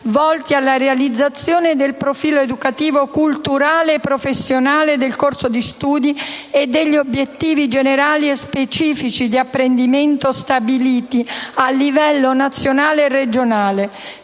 volti alla realizzazione del profilo educativo, culturale e professionale del corso di studi e degli obiettivi generali e specifici di apprendimento stabiliti a livello nazionale e regionale».